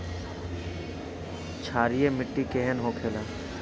क्षारीय मिट्टी केहन होखेला?